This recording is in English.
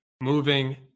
Moving